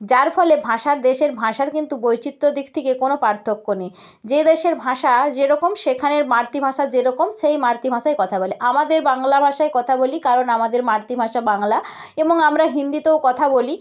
যার ফলে ভাষার দেশের ভাষার কিন্তু বৈচিত্রর দিক থেকে কোনো পার্থক্য নেই যে দেশের ভাষা যেরকম সেখানের মাতৃভাষা যেরকম সেই মাতৃভাষায় কথা বলে আমাদের বাংলা ভাষায় কথা বলি কারণ আমাদের মাতৃভাষা বাংলা এবং আমরা হিন্দিতেও কথা বলি